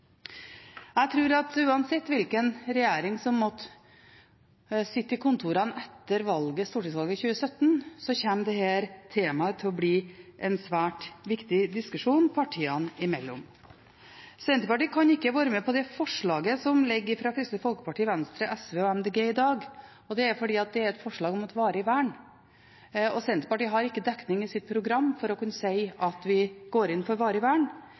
Jeg tror at uansett hvilken regjering som måtte sitte i kontorene etter stortingsvalget i 2017, kommer dette temaet til å bli en svært viktig diskusjon partiene imellom. Senterpartiet kan ikke være med på det forslaget som ligger fra Kristelig Folkeparti, Venstre, SV og Miljøpartiet De Grønne i dag, og det er fordi det er et forslag om et varig vern. Senterpartiet har ikke dekning i sitt program for å kunne si at vi går inn for varig vern,